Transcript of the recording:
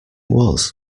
was